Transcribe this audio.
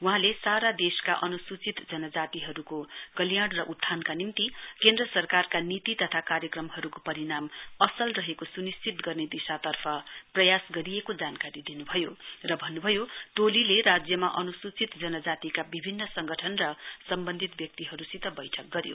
वहाँले सारा देशका अन्सूचित जनजातिहरुको कल्याण उत्थानका निम्ति केन्द्र सरकारका नीति तथा कार्यक्रमहरुको परिणाम असल रहेको स्निश्चित गर्ने दिशातर्फ प्रयास गरिएको जानकारी दिन्भयो र भन्नुभयो टोलीले राज्यमा अनूसूचित जनजातिका विभिन्न संगठन र सम्बन्धित व्यक्तिहरुसित बैठक गर्यो